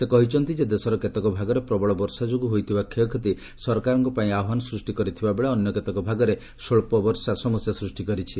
ସେ କହିଛନ୍ତି ଯେ ଦେଶର କେତେକ ଭାଗରେ ପ୍ରବଳ ବର୍ଷା ଯୋଗୁଁ ହୋଇଥିବା କ୍ଷୟକ୍ଷତି ସରକାରଙ୍କ ପାଇଁ ଆହ୍ୱାନ ସୃଷ୍ଟି କରିଥିବା ବେଳେ ଅନ୍ୟ କେତେକ ଭାଗରେ ସ୍ୱଚ୍ଚ ବର୍ଷା ସମସ୍ୟା ସୃଷ୍ଟି କରିଛି